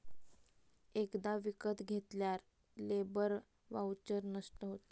एकदा विकत घेतल्यार लेबर वाउचर नष्ट होता